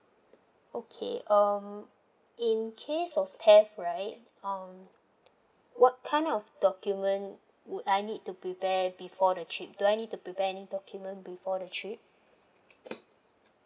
okay um in case of theft right um what kind of document would I need to prepare before the trip do I need to prepare any document before the trip